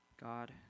God